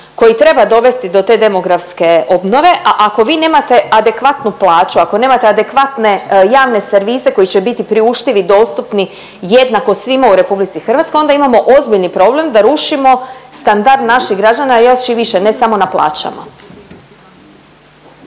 koji treba dovesti do te demografske obnove, a ako vi nemate adekvatnu plaću, ako nemate adekvatne javne servise koji će biti priuštivi, dostupni, jednako svima u RH onda imamo ozbiljni problem da rušimo standard naših građana još i više, ne samo na plaćama.